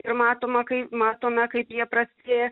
ir matoma kai matome kaip jie prastėja